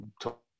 top